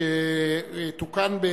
שתוקן,